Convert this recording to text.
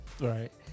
Right